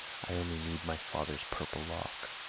i only need my father's purple lock.